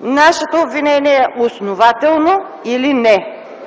нашето обвинение е основателно или не.